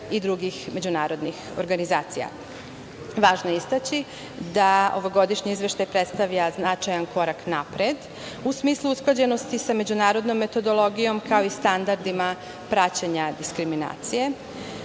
i drugih međunarodnih organizacija. Važno je istaći da ovogodišnji izveštaj predstavlja značajan korak napred u smislu usklađenosti sa međunarodnom metodologijom, kao i standardima praćenja diskriminacije.